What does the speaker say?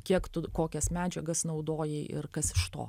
kiek tu kokias medžiagas naudojai ir kas iš to